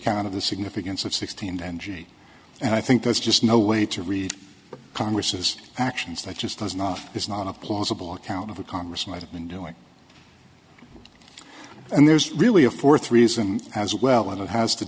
account of the significance of sixteen dangi and i think there's just no way to read congress's actions that just does not is not a plausible account of a congress might have been doing and there's really a fourth reason as well and it has to